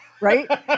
Right